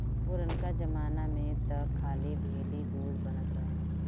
पुरनका जमाना में तअ खाली भेली, गुड़ बनत रहे